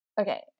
okay